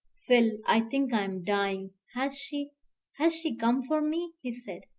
phil i think i am dying has she has she come for me? he said.